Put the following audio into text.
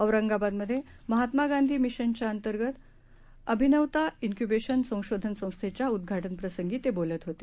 औरंगाबादमध्ये महात्मा गांधी मिशीनच्या अंतर्गत अंभिनवता क्क्यूबेशन संशोधन संस्थेच्या उद्घाटन प्रसंगी ते बोलत होते